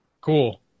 Cool